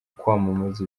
kwamamaza